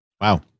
Wow